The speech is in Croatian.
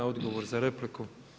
Odgovor na repliku.